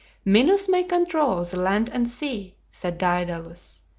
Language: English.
minos may control the land and sea, said daedalus,